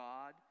God